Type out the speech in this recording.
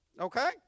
okay